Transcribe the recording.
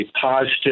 positive